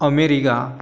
America